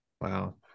wow